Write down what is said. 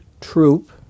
troop